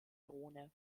drohne